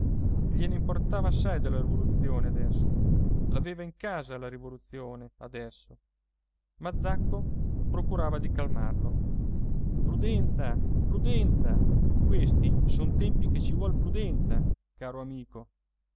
gliene importava assai della rivoluzione adesso l'aveva in casa la rivoluzione adesso ma zacco procurava di calmarlo prudenza prudenza questi son tempi che ci vuol prudenza caro amico